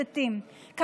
הפיקוח,